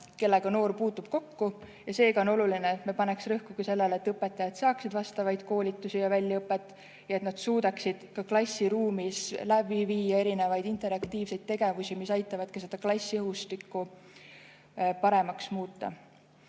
kellega noor kokku puutub, seega on oluline, et me paneksime rõhku sellele, et õpetajad saaksid vastavaid koolitusi ja väljaõpet ja et nad suudaksid ka klassiruumis läbi viia erinevaid interaktiivseid tegevusi, mis aitavad klassi õhustikku paremaks muuta.